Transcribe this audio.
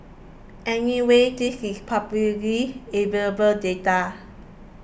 anyway this is publicly available data